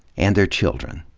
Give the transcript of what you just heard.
and their children,